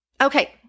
Okay